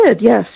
yes